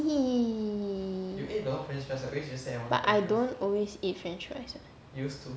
!ee! but I don't always eat french fries [what]